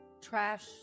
Trash